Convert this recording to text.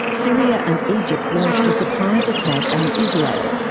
syria and egypt launched a surprise attack on israel,